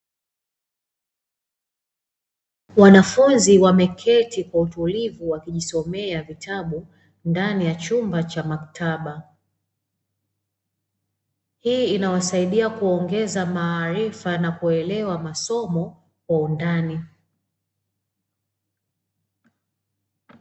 Wanafunzi wameketi kwa utulivu wakijisomea vitabu ndani ya chumba cha maktaba, hii inawasaidia kuongeza maarifa na kuelewa masomo kwa undani.